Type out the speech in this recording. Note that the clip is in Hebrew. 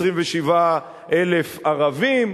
27,000 ערבים,